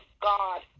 God